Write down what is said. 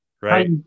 right